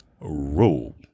rule